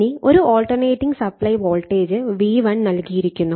ഇനി ഒരു alternating supply voltage V1 നൽകിയിരിക്കുന്നു